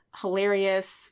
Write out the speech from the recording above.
hilarious